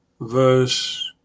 verse